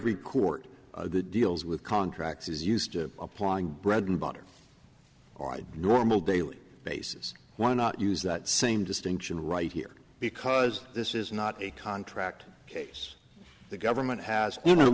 court that deals with contracts is used to applying bread and butter our normal daily basis why not use that same distinction right here because this is not a contract case the government has you know